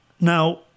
Now